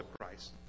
Christ